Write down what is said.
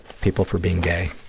people for being gay.